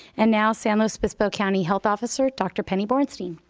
and now, san luis obispo county health officer, dr. penny borenstein.